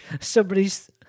somebody's